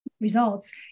results